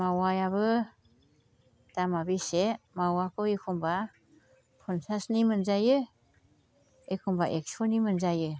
मावायाबो दामा बेसे मावाखौ एखमबा फनसासनि मोनजायो एखमबा एक्स'नि मोनजायो